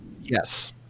Yes